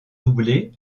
doublé